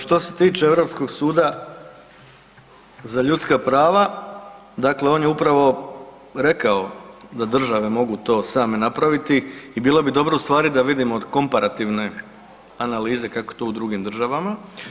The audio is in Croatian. Što se tiče Europskog suda za ljudska prava, dakle on je upravo rekao da države mogu to same napraviti i bilo bi dobro ustvari da vidimo komparativne analize kako je to u drugim državama.